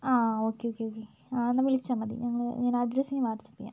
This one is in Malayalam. ആ ഓക്കെ ഓക്കെ ഓക്കെ ആ എന്നാൽ വിളിച്ചാൽ മതി ഞാൻ ഞാൻ അഡ്രസ്സ് ഞാൻ വാട്സ്ആപ്പ് ചെയ്യാം